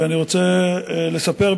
אני רוצה לספר,